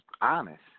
honest